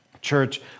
Church